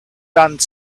done